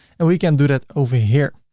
and we can do that over here.